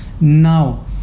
now